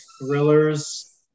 thrillers